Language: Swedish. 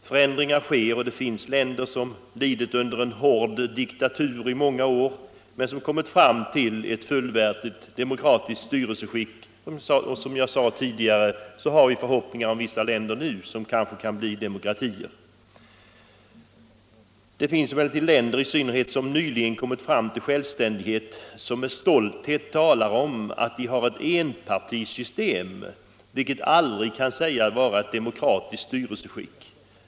Förändringar sker, och det finns länder som lidit under en hård diktatur i många år men som nu har kommit fram till ett mera demokratiskt styrelseskick. Som jag tidigare sade har vi nu förhoppningar om att en del av de länderna kan bli verkliga demokratier. Det finns dock andra länder — i synnerhet då sådana som nyligen har blivit självständiga — som med stolthet talar om att de har ett enpartisystem, vilket ju aldrig kan sägas vara ett demokratiskt styrelseskick.